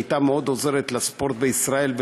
היו מאוד עוזרים לספורט בישראל,